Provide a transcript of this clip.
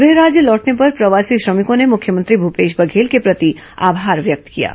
गृह राज्य लौटने पर प्रवासी श्रमिकों ने मुख्यमंत्री भूपेश बधेल के प्रति आभार व्यक्त किया है